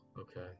Okay